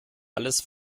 alles